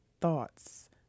thoughts